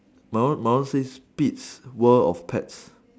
my one my one says Pete's world of pets